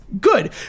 Good